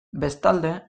bestalde